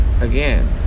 again